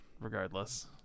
regardless